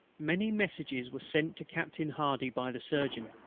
many messages were sent to captain hardy by the surgeon,